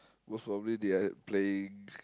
most probably they are playing